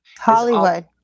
Hollywood